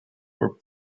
were